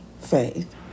faith